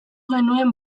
genuen